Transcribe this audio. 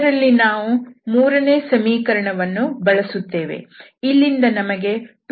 ಇದರಲ್ಲಿ ನಾವು ಮೂರನೇ ಸಮೀಕರಣವನ್ನು ಬಳಸುತ್ತೇವೆ ಇಲ್ಲಿಂದ ನಮಗೆ 2z0dhdz ಸಿಗುತ್ತದೆ